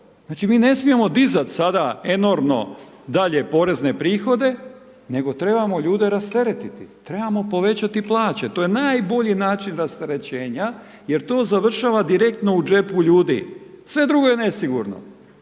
Znači mi ne smijemo dizati sada enormno dalje porezne prihode nego trebamo ljude rasteretiti, trebamo povećati plaće, to je najbolji način rasterećenja jer to završava direktno u džepu ljudi, sve drugo je nesigurno.